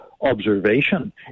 observation